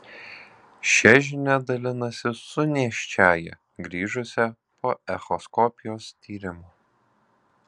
šia žinia dalinasi su nėščiąja grįžusia po echoskopijos tyrimo